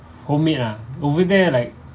homemade ah over there like